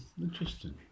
interesting